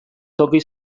toki